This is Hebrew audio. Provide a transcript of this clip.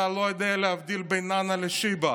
אתה לא יודע להבדיל בין נענע לשיבה,